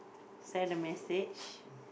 send the message